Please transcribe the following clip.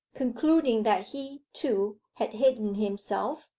concluding that he, too, had hidden himself,